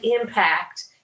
impact